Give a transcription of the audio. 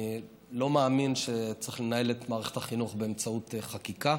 אני לא מאמין שצריך לנהל את מערכת החינוך באמצעות חקיקה,